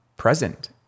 present